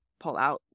pullout